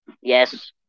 Yes